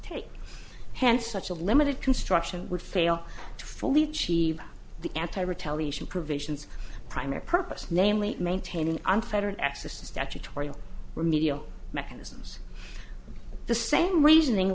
take and such a limited construction would fail to fully chiva the anti retaliation provisions primary purpose namely maintaining unfettered access to statutory remedial mechanisms the same reasoning